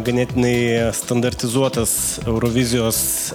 ganėtinai standartizuotas eurovizijos